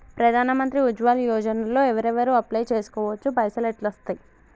ప్రధాన మంత్రి ఉజ్వల్ యోజన లో ఎవరెవరు అప్లయ్ చేస్కోవచ్చు? పైసల్ ఎట్లస్తయి?